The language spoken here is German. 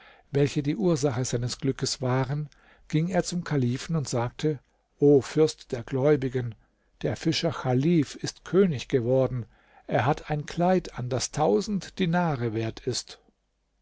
welche die ursache seines glückes waren ging er zum kalifen und sagte o fürst der gläubigen der fischer chalif ist könig geworden er hat ein kleid an das tausend dinare wert ist